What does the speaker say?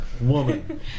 woman